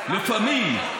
לפעמים,